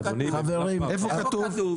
איפה כתוב?